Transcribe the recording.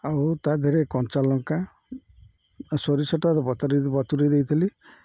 ଆଉ ତାଧିଅରେ କଞ୍ଚାଲଙ୍କା ଆଉ ସୋରିଷଟା ବତୁରାଇ ବତୁରାଇ ଦେଇଥିଲି